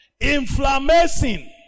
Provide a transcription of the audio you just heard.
inflammation